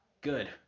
Good